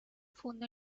fundo